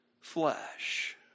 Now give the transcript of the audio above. flesh